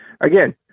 again